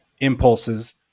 impulses